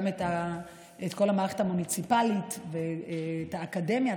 גם בכל המערכת המוניציפלית ובאקדמיה.